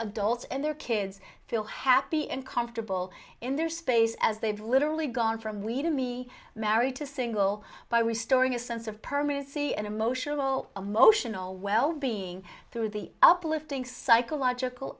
adults and their kids feel happy and comfortable in their space as they've literally gone from we to me married to single by restoring a sense of permanency and emotional emotional wellbeing through the uplifting psychological